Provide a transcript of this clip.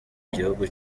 gihugu